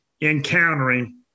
encountering